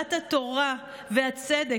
אהבת התורה והצדק,